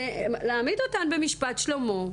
זה להעמיד אותן במשפט שלמה,